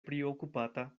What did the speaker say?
priokupata